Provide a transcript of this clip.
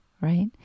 right